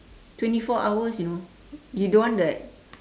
twenty four hours you know you don't want the